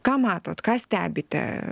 ką matot ką stebite